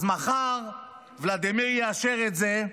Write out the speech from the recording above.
אז מחר, ולדימיר יאשר את זה,